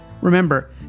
Remember